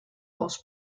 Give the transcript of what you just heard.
aus